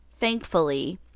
thankfully